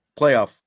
playoff